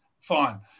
fine